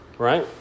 Right